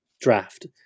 draft